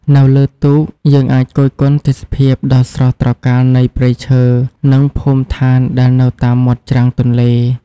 នៅលើទូក យើងអាចគយគន់ទេសភាពដ៏ស្រស់ត្រកាលនៃព្រៃឈើ និងភូមិឋានដែលនៅតាមមាត់ច្រាំងទន្លេ។